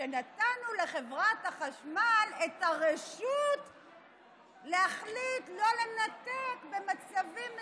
שנתנו לחברת החשמל את הרשות להחליט לא לנתק במצבים מסוימים.